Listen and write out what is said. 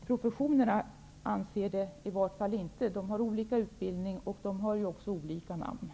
I varje fall anser inte professionen att de är det. Utbildningen varierar. Dessutom finns det olika benämningar.